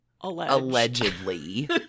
Allegedly